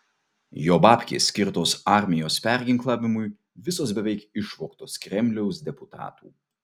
jo babkės skirtos armijos perginklavimui visos beveik išvogtos kremliaus deputatų